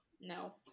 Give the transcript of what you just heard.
No